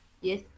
yes